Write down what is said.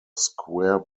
square